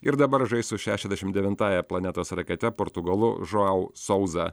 ir dabar žais su šešiasdešim devintąja planetos rakete portugalu žuau sauza